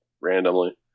randomly